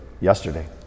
yesterday